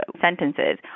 sentences